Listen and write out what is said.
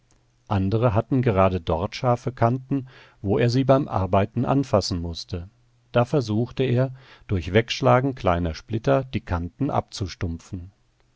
andere hatten gerade dort scharfe kanten wo er sie beim arbeiten anfassen mußte da versuchte er durch wegschlagen kleiner splitter die kanten abzustumpfen